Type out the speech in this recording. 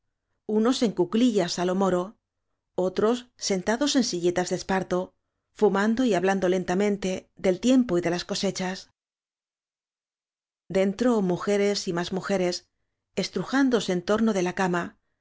unos en cuclillas á lo moro otros sentados en silletas de esparto fumando y hablando lentamente del tiempo y de las cosechas dentro mujeres y más mujeres estruján dose en torno de la cama